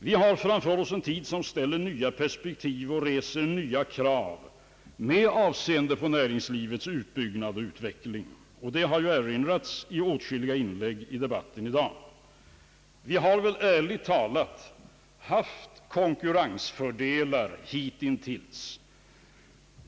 Vi har framför oss en tid som ställer nya perspektiv och reser nya krav med avseende på näringslivets utbyggnad och utveckling. Det har erinrats därom i åtskilliga inlägg i dagens debatt. Ärligt talat har vi väl haft konkurrensfördelar hittills.